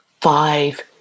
five